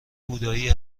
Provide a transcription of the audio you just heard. بودایی